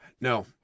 No